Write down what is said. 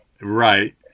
right